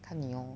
看你 lor